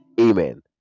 Amen